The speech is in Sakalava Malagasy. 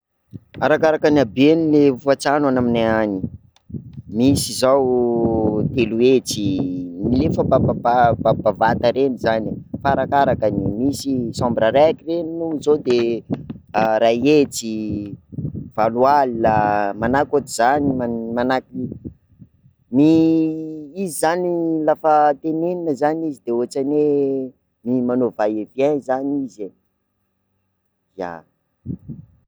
Arakaraka ny habeany ny hofa-trano any aminay any, misy zao telo hetsy, roa hetsy efa le bavabavata reny, fa arakaraka, misy chambre araiky iny zao de ray hetsy, valo alina, manahaky ohatr'izany, manahaky, izy zany la fa tenenina zany izy de manao vas et viens zany izy.